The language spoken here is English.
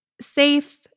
safe